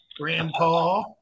grandpa